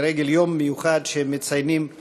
לרגל יום מיוחד שהם מציינים כאן,